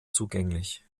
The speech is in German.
zugänglich